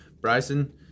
bryson